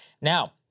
Now